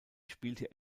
spielte